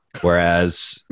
Whereas